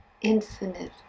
infinite